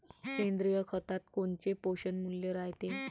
सेंद्रिय खतात कोनचे पोषनमूल्य रायते?